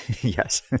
Yes